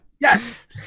Yes